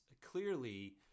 clearly